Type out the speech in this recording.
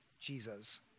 Jesus